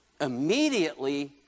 Immediately